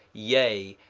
yea,